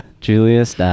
Julius